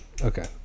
okay